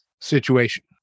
situation